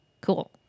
Cool